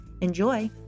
Enjoy